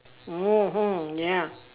mmhmm ya